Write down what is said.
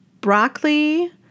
broccoli